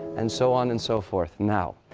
and so on and so forth. now,